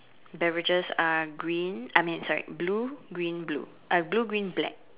beverages are green I mean sorry blue green blue uh blue green black